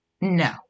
no